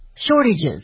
shortages